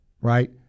right